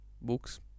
books